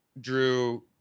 Drew